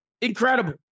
incredible